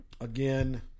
again